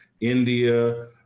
India